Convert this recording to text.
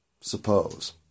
suppose